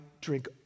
drink